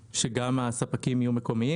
הספקים יהיו מקומיים.